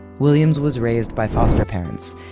williams was raised by foster parents.